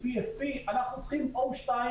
P.F.P אנחנו צריכים O2,